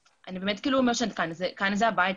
כאן זה הבית.